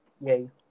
Yay